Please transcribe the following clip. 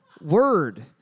word